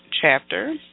chapter